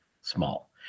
small